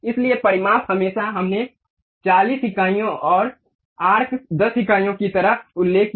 इसलिए परिमाप हमेशा हमने 40 इकाइयों और आर्क 10 इकाइयों की तरह उल्लेख किया